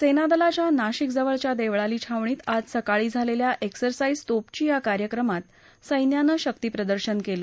सेनादलाच्या नाशिक जवळच्या देवळाली छावणीत आज सकाळी झालेल्या एक्सरसाईज तोपची या कार्यक्रमात सैन्यानं शक्तीप्रदर्शन केलं